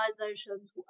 organizations